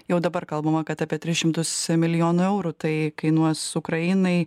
jau dabar kalbama kad apie tris šimtus milijonų eurų tai kainuos ukrainai